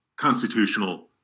constitutional